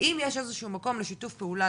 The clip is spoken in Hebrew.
האם יש איזשהו מקום לשיתוף פעולה,